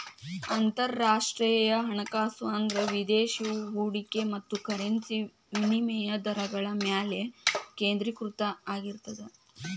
ಅಂತರರಾಷ್ಟ್ರೇಯ ಹಣಕಾಸು ಅಂದ್ರ ವಿದೇಶಿ ಹೂಡಿಕೆ ಮತ್ತ ಕರೆನ್ಸಿ ವಿನಿಮಯ ದರಗಳ ಮ್ಯಾಲೆ ಕೇಂದ್ರೇಕೃತ ಆಗಿರ್ತದ